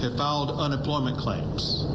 ah dolled unemployment claims.